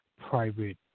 private